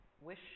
Wish